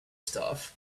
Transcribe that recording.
stuff